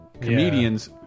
comedians